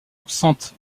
absente